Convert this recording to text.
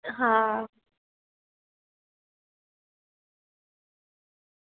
હા